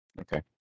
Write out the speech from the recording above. Okay